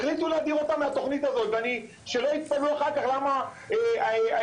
החליטו להדיר אותם מהתוכנית הזאת ושלא יתפלאו אחר כך למה המצב